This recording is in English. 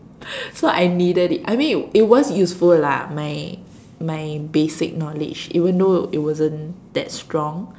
so I need it I mean it was useful lah my my basic knowledge even though it wasn't that strong